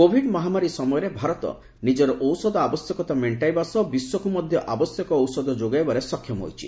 Covid ମହାମାରୀ ସମୟରେ ଭାରତ ନିଜର ଔଷଧ ଆବଶ୍ୟକତା ମେଷ୍ଟାଇବା ସହ ବିଶ୍ୱକୁ ମଧ୍ୟ ଆବଶ୍ୟକ ଔଷଧ ଯୋଗାଇବାରେ ସକ୍ଷମ ହୋଇଛି